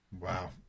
Wow